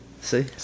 See